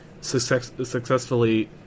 successfully